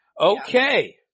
Okay